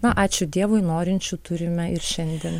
na ačiū dievui norinčių turime ir šiandien